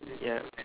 ya